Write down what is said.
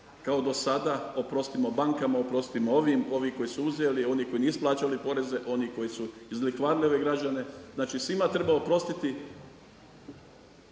kao do sada oprostimo bankama, oprostimo ovim, ovi koji su uzeli, oni koji nisu plaćali poreze, oni koji su izlihvarili ove građane. Znači svima treba oprostiti.